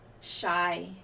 shy